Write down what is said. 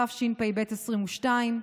התשפ"ב 2022,